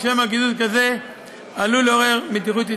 או שמא קיזוז כזה עלול לעורר מתיחות יתרה.